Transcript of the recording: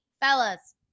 Fellas